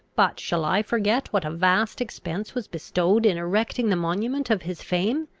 but shall i forget what a vast expense was bestowed in erecting the monument of his fame?